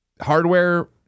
hardware